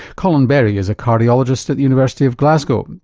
colin berry is a cardiologist at the university of glasgow